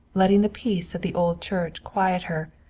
letting the peace of the old church quiet her,